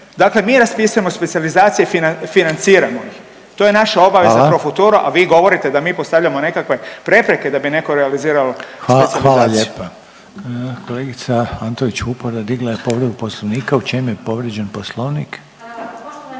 Dakle, mi raspisujemo specijalizacije i financiramo. To je naša obaveza pro futuro, a vi govorite da mi postavljamo nekakve prepreke da bi netko realizirao specijalizaciju. **Reiner, Željko (HDZ)** Hvala lijepa. Kolegica Antolić Vupora digla je povredu Poslovnika. U čemu je povrijeđen Poslovnik?